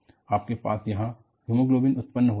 आपके पास यहाँ हीमोग्लोबिन उत्पन्न होता है